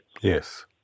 Yes